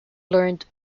learned